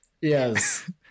Yes